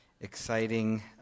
exciting